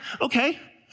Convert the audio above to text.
okay